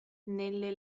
nelle